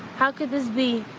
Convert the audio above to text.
how could this be?